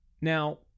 Now